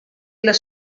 les